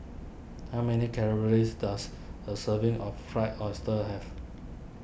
how many calories does a serving of Fried Oyster have